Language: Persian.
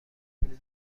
طول